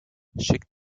schickt